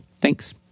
Thanks